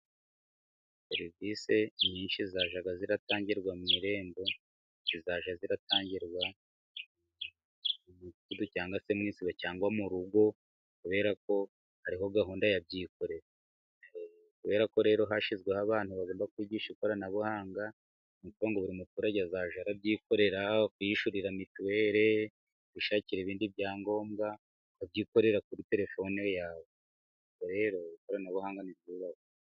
Serivisi nyinshi zajyaga ziratangirwa mu irembo, zizajya ziratangirwa mu mudugudu cyangwa isibo, cyangwa mu rugo kubera ko hariho gahunda ya byikorere. Kubera ko rero hashyizweho abantu bagomba kwigisha ikoranabuhanga, ni ukuvuga ngo buri muturage azajya arabyikorera. Kwiyishyurira mituweri, kwishakira ibindi byangombwa, ukabyikorera kuri Telefone yawe. Ubwo rero ikoranabuhanga ni ryubahwe.